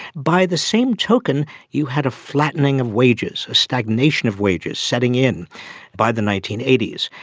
by the same token you had a flattening of wages, a stagnation of wages setting in by the nineteen eighty s.